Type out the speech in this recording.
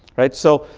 right. so,